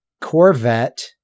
Corvette